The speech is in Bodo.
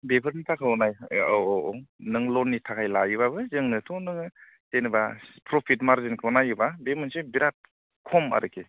बेफोरनि थाखाखौ नायोब्ला औ औ औ नों लननि थाखाय लायोब्लाबो जोंनोथ' नोङो जेन'बा प्रफिट मार्जिनखौ नायोब्ला बे मोनसे बिराथ खम आरोखि